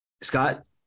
Scott